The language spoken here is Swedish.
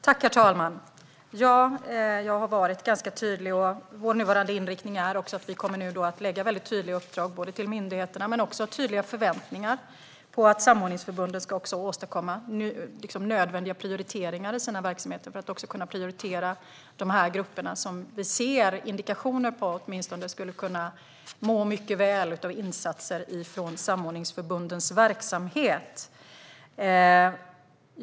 Herr talman! Ja, jag har varit ganska tydlig. Vår nuvarande inriktning är att vi nu kommer att ge väldigt tydliga uppdrag till myndigheterna men också tydliga förväntningar på att samordningsförbunden ska åstadkomma nödvändiga prioriteringar i sina verksamheter. Det handlar om att också kunna prioritera de grupper som vi åtminstone ser indikationer på skulle kunna må mycket väl av insatser från samordningsförbundens verksamhet.